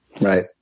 Right